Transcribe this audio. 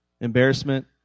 embarrassment